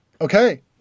okay